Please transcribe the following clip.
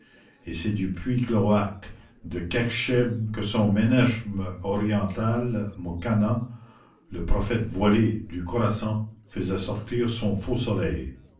et c'est du puits cloaque de kekhscheb que son ménechme oriental mokannâ le prophète voilé du khorassan faisait sortir son faux soleil